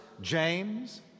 James